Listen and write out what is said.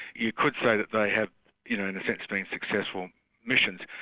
you could say that they had you know in a sense been successful missions.